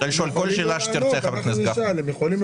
להתפתחויות הכלכליות.